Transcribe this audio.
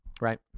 right